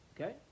Okay